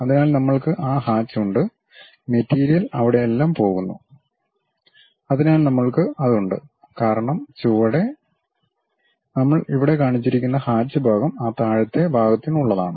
അതിനാൽ നമ്മൾക്ക് ആ ഹാച്ച് ഉണ്ട് മെറ്റീരിയൽ അവിടെയെല്ലാം പോകുന്നു അതിനാൽ നമ്മൾക്ക് അത് ഉണ്ട് കാരണം ചുവടെ നമ്മൾ ഇവിടെ കാണിച്ചിരിക്കുന്ന ഹാച്ച് ഭാഗം ആ താഴത്തെ ഭാഗത്തിനുള്ളതാണ്